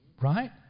Right